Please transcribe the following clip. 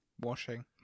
washing